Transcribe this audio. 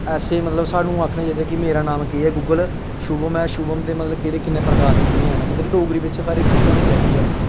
ऐसे मतलब सानूं आखना चाहिदा कि मेरा नाम केह् ऐ गूगल शुभम ऐ शुभम दे मतलब केह्ड़े कि'न्ने प्रकार दे निकली जाने मतलब डोगरी बिच हर इक चीज होनी चाहिदी ऐ